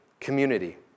community